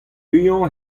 muiañ